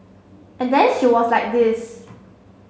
and then she was like this